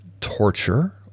torture